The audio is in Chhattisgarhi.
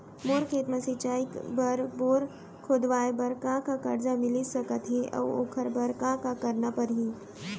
मोर खेत म सिंचाई बर बोर खोदवाये बर का का करजा मिलिस सकत हे अऊ ओखर बर का का करना परही?